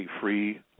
free